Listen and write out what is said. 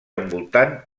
envoltant